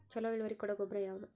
ಛಲೋ ಇಳುವರಿ ಕೊಡೊ ಗೊಬ್ಬರ ಯಾವ್ದ್?